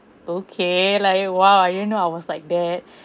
okay like !wah! I didn't know I was like that